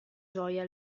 gioia